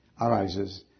arises